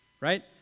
right